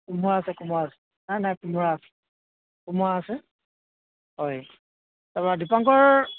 কোমোৰা আছে কোমোৰা আছে নাই নাই কোমোৰা আছে কোমোৰা আছে হয় তাৰপা দীপাংকৰ